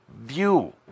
view